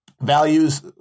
values